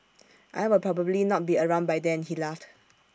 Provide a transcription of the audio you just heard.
I will probably not be around by then he laughed